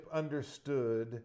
understood